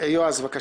יועז הנדל, בבקשה.